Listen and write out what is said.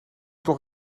toch